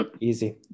Easy